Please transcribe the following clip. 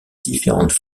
différentes